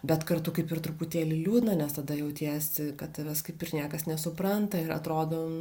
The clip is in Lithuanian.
bet kartu kaip ir truputėlį liūdna nes tada jautiesi kad tavęs kaip ir niekas nesupranta ir atrodo